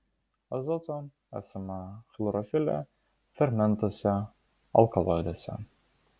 azoto esama chlorofile fermentuose alkaloiduose